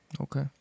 Okay